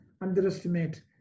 underestimate